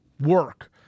work